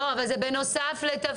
לא, אבל זה בנוסף לתפקיד.